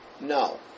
No